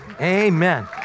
amen